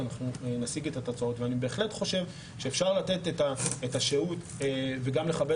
אני בהחלט חושב שאפשר לתת את השהות וגם לכבד